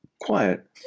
quiet